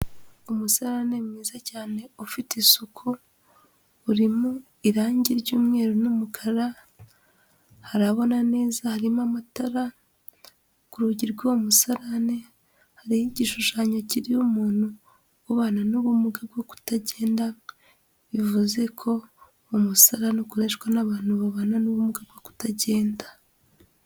Umusarani ni mwiza cyane ufite isuku, urimo irangi ry'umweru n'umukara, harabona neza harimo amatara, ku rugi rw'uwo musarane hariho igishushanyo kiriho umuntu ubana n'ubumuga bwo kutagenda, bivuze ko uwo musarani ukoreshwa n'abantu babana n'ubumuga bwo kutagenda.